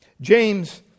James